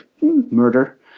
murder